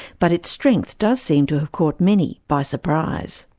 but its strength does seem to have caught many by surprise.